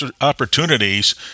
opportunities